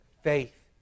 faith